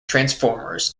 transformers